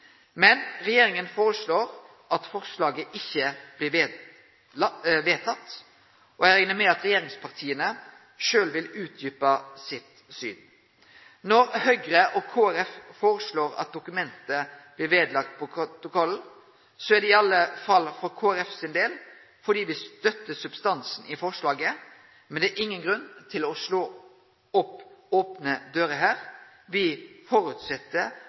Men regjeringa foreslår at forslaget ikkje blir vedteke, og eg reknar med at regjeringspartia sjølve vil utdjupe sitt syn. Når Høgre og Kristeleg Folkeparti foreslår at dokumentet blir vedlagt protokollen, er det i alle fall for Kristeleg Folkepartis del fordi vi støttar substansen i forslaget, men det er ingen grunn til å slå inn opne dører her. Vi